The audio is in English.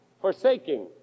forsaking